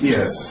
Yes